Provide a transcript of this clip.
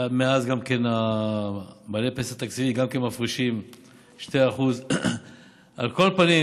ומאז בעלי הפנסיה התקציבית גם כן מפרישים 2%. על כל פנים,